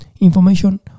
information